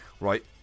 Right